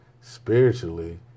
spiritually